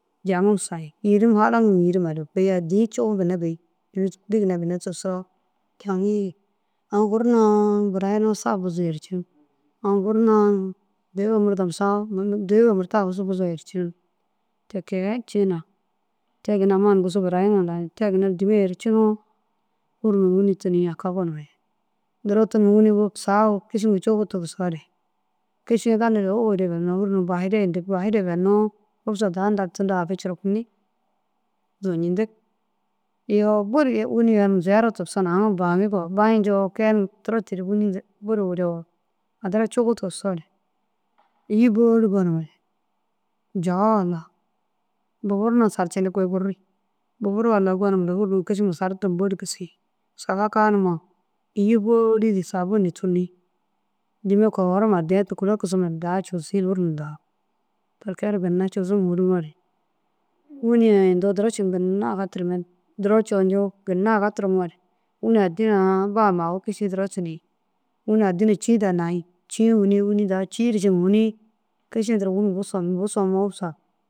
Jaŋum soyi yîrim halaŋum yîrimare kôi dîi cuwu ginna bêi tigisoo caŋiigi. Aũ guru na burayinoo sa buzu yercinig aũ guru na dêega murdom saa munduu dêega murta aguzu buzoo yercinigi. Ti kege ciina te ginna amma ini gisi barayiniŋa layinig. Te ginna dîima yercinoo fûrum numa wîni tûnii aka gonumere. Duro tunum wînii uwug saga uwug kišima cuwu tigisoore kiši gali ru uwure bênnoo « hûruma bahire » yintigi. Bahire bênnoo humusa daha ntacindoo hakintu curukunni zuñindig iyoo bur wînii yenim ziyara tigisoo aũ bami koo baãyi njoo na kee duroru tunum wînii buru uwirenoo addi ra cuwu tigisoo na îyi bôli gonumere walla bôbor na sarcindig kôi gurdu. Bôbor walla gonum kišima sardum bôli kisii saga kaa numa îyi bôli ru sabunu tûli. Dîima kogorum addiya tûkula kisimare daha cuzii hûrum daha ti kee ru ginna cuzum fûrumoore wîni ai indoo duro ciiŋa ginna aga tirimoore duro coo njuuwugi ginna aga turumoore wîni addi na bam kiši duro tunuyig. Wini addi na cîi daha nayig cîi daha ciŋa fûnig kîši duro wîni bu somi bu somoo humusa.